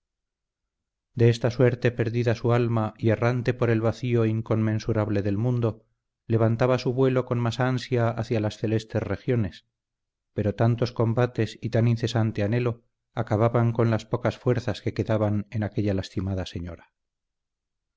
de esta suerte perdida su alma y errante por el vacío inconmensurable del mundo levantaba su vuelo con más ansia hacia las celestes regiones pero tantos combates y tan incesante anhelo acababan con las pocas fuerzas que quedaban en aquella lastimada señora